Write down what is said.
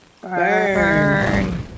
Burn